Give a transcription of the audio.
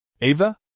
Ava